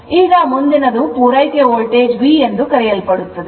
ಈಗ ಮುಂದಿನದು ಪೂರೈಕೆ ವೋಲ್ಟೇಜ್ V ಎಂದು ಕರೆಯಲ್ಪಡುತ್ತದೆ